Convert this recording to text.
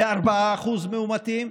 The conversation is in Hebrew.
ב-4% מאומתים,